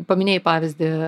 paminėjai pavyzdį